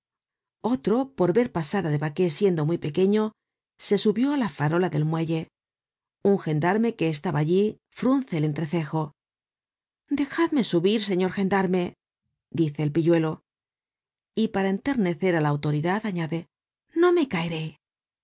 otro por ver pasar á debacker siendo muy pequeño se subió á la farola del muelle un gendarme que estaba allí frunce el entrecejo dejadme subir señor gendarme dice el pilluelo y para enternecer á la autoridad añade no me caeré